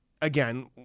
again